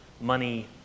money